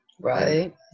Right